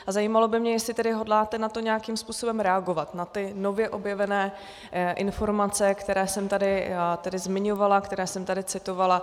Za zajímalo by mě, jestli tedy hodláte na to nějakým způsobem reagovat, na ty nově objevené informace, které jsem tady zmiňovala, které jsem tady citovala.